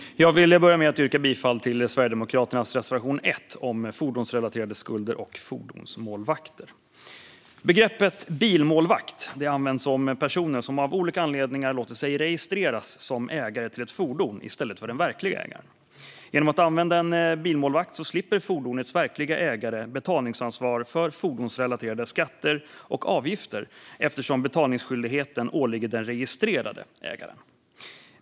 Herr talman! Jag vill börja med att yrka bifall till Sverigedemokraternas reservation 1 om fordonsrelaterade skulder och fordonsmålvakter. Begreppet bilmålvakt används om personer som av olika anledningar låter sig registreras som ägare till ett fordon i stället för den verklige ägaren. Genom att använda en bilmålvakt slipper fordonets verklige ägare betalningsansvar för fordonsrelaterade skatter och avgifter eftersom betalningsskyldigheten åligger den registrerade ägaren.